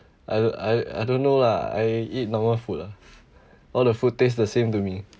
I I I don't know lah I eat normal food lah all the food tastes the same to me